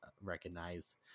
recognize